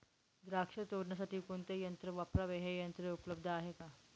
द्राक्ष तोडण्यासाठी कोणते यंत्र वापरावे? हे यंत्र उपलब्ध आहे का?